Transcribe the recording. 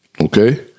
okay